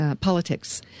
politics